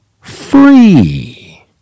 Free